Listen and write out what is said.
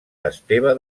esteve